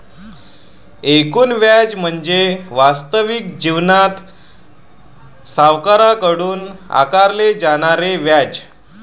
एकूण व्याज म्हणजे वास्तविक जीवनात सावकाराकडून आकारले जाणारे व्याज